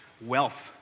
wealth